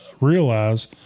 realize